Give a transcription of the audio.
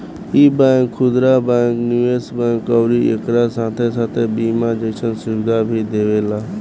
इ बैंक खुदरा बैंक, निवेश बैंक अउरी एकरा साथे साथे बीमा जइसन सुविधा भी देवेला